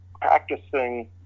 practicing